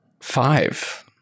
Five